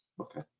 Okay